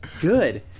Good